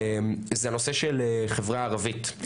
זה הנושא של החברה הערבית.